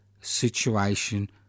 situation